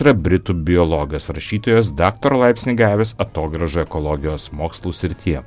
yra britų biologas rašytojas daktaro laipsnį gavęs atogrąžų ekologijos mokslų srityje